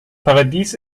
paradies